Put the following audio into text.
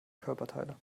körperteile